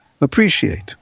appreciate